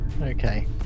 Okay